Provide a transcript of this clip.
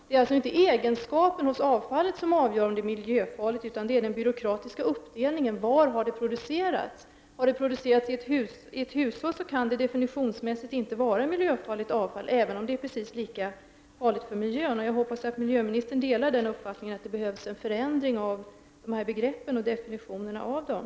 Det är inte egenskapen hos avfallet som avgör om det är miljöfarligt, utan det är den byråkratiska uppdelningen av var det har producerats. Har det producerats i ett hushåll kan det definitionsmässigt inte vara miljöfarligt avfall, även om det är precis lika farligt för miljön. Jag hoppas att miljöministern delar min uppfattning i den här frågan. Det behövs en förändring av dessa begrepp och definitionerna av dem.